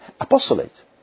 apostolate